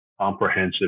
comprehensive